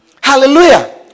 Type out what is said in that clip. Hallelujah